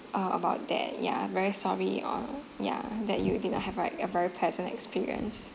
uh about that ya very sorry uh ya that you did not have a ver~ a very pleasant experience